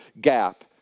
gap